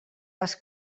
les